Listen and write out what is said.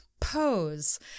Pose